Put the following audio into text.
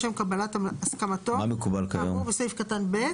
לשם קבלת הסמכתו כאמור בסעיף קטן (ב).